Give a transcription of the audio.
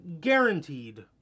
guaranteed